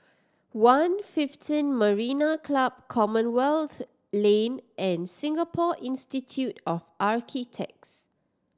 One Fifteen Marina Club Commonwealth Lane and Singapore Institute of Architects